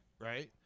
right